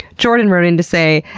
jordan wrote in to say,